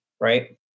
right